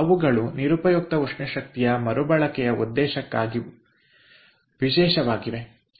ಅವುಗಳು ನಿರುಪಯುಕ್ತ ಉಷ್ಣ ಶಕ್ತಿಯ ಮರು ಬಳಕೆಯ ಉದ್ದೇಶಕ್ಕಾಗಿ ವಿಶೇಷವಾಗಿವೆ